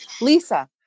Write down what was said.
Lisa